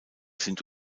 sind